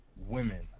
women